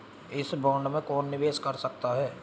इस बॉन्ड में कौन निवेश कर सकता है?